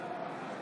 (קוראת בשמות חברי הכנסת)